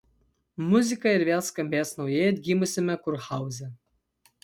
muzika ir vėl skambės naujai atgimusiame kurhauze